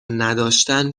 نداشتن